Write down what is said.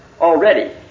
Already